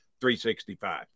365